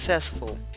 successful